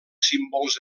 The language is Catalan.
símbols